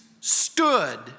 stood